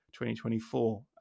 2024